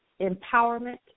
empowerment